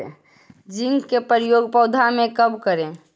Zinc के प्रयोग पौधा मे कब करे?